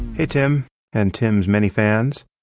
hey, tim and tim's many fans.